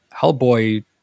Hellboy